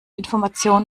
information